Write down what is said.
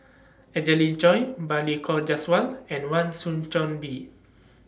Angelina Choy Balli Kaur Jaswal and Wan Soon John Bee